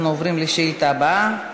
אנחנו עוברים לשאילתה הבאה.